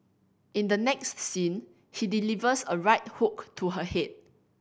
in the next scene he delivers a right hook to her head